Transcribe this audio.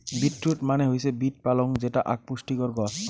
beet root মানে হৈসে beet পালং যেটা আক পুষ্টিকর গছ